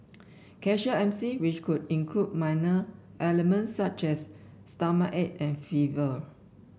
casual M C which would include minor ailment such as stomachache and fever